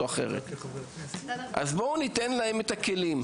אז בואי ניתן לו את הכלים.